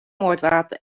moordwapen